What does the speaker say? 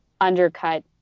undercut